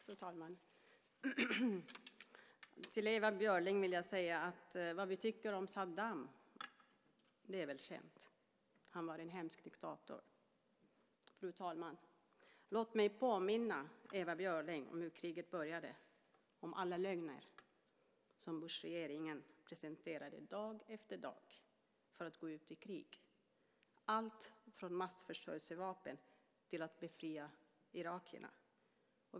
Fru talman! Till Ewa Björling vill jag säga: Vad vi tycker om Saddam är väl känt. Han var en hemsk diktator. Fru talman! Låt mig påminna Ewa Björling om hur kriget började, om alla lögner som Bushregeringen presenterade dag efter dag för att få gå ut i krig. Man talade om allt från massförstörelsevapen till att befria irakierna.